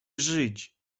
żyć